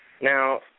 Now